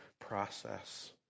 process